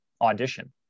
audition